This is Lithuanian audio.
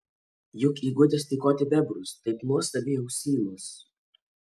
juk įgudęs tykoti bebrus taip nuostabiai ausylus